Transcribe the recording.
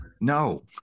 No